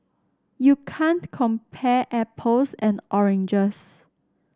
you can't compare apples and oranges